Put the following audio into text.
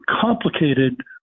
complicated